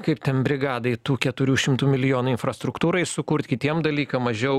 kaip ten brigadai tų keturių šimtų milijonų infrastruktūrai sukurt kitiem dalykam mažiau